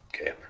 Okay